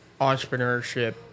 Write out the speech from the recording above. entrepreneurship